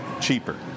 cheaper